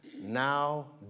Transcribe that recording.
now